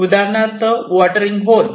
उदाहरणार्थ watering hole